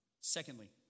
Secondly